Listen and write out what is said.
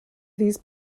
these